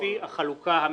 לפי החלוקה המקורית.